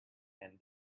and